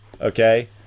okay